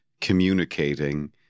communicating